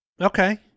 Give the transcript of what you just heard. Okay